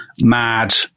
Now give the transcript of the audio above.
mad